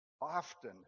Often